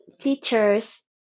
teachers